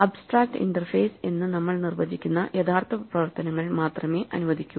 abstract interface എന്ന് നമ്മൾ നിർവചിക്കുന്ന യഥാർത്ഥ പ്രവർത്തനങ്ങൾ മാത്രമേ അനുവദിക്കൂ